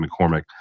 McCormick